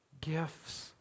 gifts